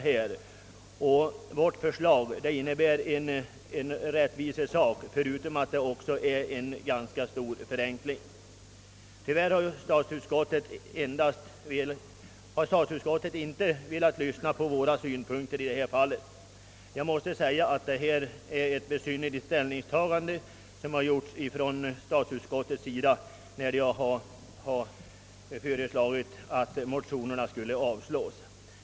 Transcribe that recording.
Vårt förslag innebär större rättvisa förutom en ganska stor förenkling. Tyvärr har statsutskottet inte velat lyssna på våra synpunkter i detta fall. Jag anser att statsutskottets ställningstagande, innebärande att motionsparet skulle avslås, är besynnerligt.